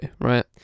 right